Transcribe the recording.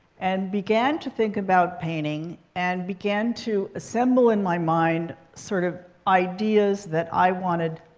and began to think about painting, and began to assemble in my mind sort of ideas that i wanted